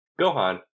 gohan